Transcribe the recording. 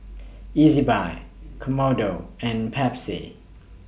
Ezbuy Kodomo and Pepsi